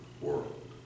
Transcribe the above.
world